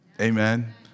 Amen